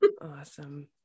awesome